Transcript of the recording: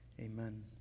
Amen